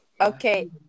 Okay